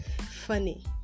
funny